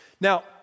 Now